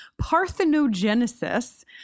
parthenogenesis